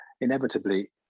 inevitably